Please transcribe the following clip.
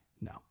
No